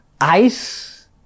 ice